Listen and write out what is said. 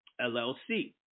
LLC